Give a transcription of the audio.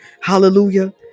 Hallelujah